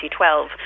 2012